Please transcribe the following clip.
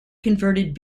converted